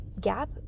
gap